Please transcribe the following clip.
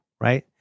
Right